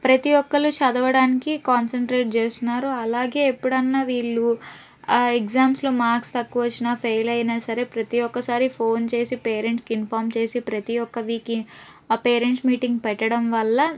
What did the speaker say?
ప్రతి ఒక్కరు చదవడానికి కాన్సన్ట్రేట్ చేస్తున్నారు అలాగే ఎప్పుడన్నా వీళ్ళు ఎగ్జామ్స్లో మార్క్స్ తక్కువ వచ్చిన ఫెయిల్ అయినా సరే ప్రతి ఒక్కసారి ఫోన్ చేసి పేరెంట్స్కి ఇన్ఫార్మ్ చేసి ప్రతి ఒక్క వీక్ ఆ పేరెంట్స్ మీటింగ్ పెట్టడం వల్ల